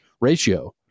ratio